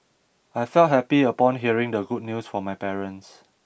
I felt happy upon hearing the good news from my parents